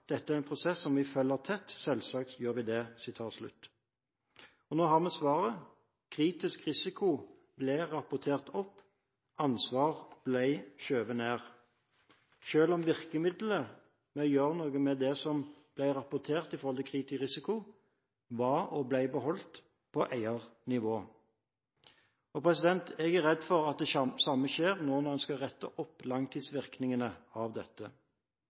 dette er en prosess som vi følger tett – selvsagt gjør vi det». Nå har vi svaret: Kritisk risiko ble rapportert opp, ansvar ble skjøvet ned, selv om virkemidlene for å gjøre noe med det som ble rapportert i forhold til kritisk risiko, var og ble beholdt på eiernivå. Jeg er redd for at det samme skjer nå når en skal rette opp langtidsvirkningene av dette.